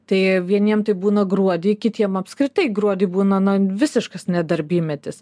tai vieniem tai būna gruodį kitiem apskritai gruodį būna na visiškas ne darbymetis